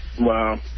Wow